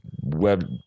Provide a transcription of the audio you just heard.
web